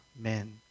men